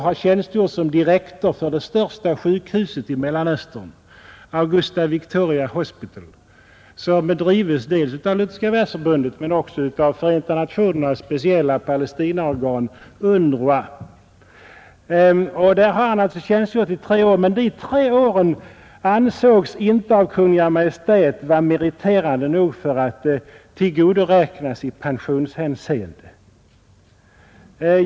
Han tjänstgjorde i tre år som direktor för det största sjukhuset i Mellanöstern, Augusta Victoria Hospital — ett flyktingsjukhus utanför Jerusalem — som drivs dels av Lutherska världsförbundet, dels av Förenta nationernas speciella Palestinaorgan UNRWA. Där har han alltså tjänstgjort som sjukhuschef i tre år, men de tre åren ansågs inte av Kungl. Maj:t vara meriterande nog för att tillgodoräknas honom ens i pensionshänseende som arbetsförmedlare.